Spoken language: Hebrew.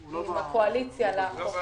גם יהיה האיזון הנכון כדי שלא יהיו ייקורים